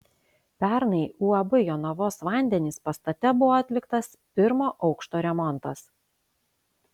pernai uab jonavos vandenys pastate buvo atliktas pirmo aukšto remontas